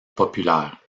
populaire